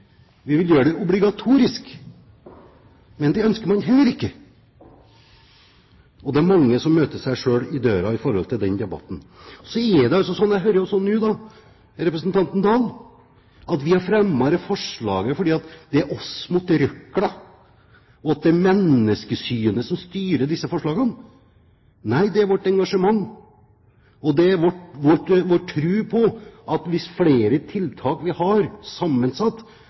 Vi vil gjøre det obligatorisk, men det ønsker man heller ikke. Det er mange som møter seg selv i døren i denne debatten. Så er det visst slik – jeg hører også nå representanten Oktay Dahl si det – at vi har fremmet forslaget fordi det er «oss mot røkla», at det er «menneskesyn» som styrer disse forslagene. Nei, det er vårt engasjement! Det er vår tro på at jo flere tiltak vi har